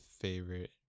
favorite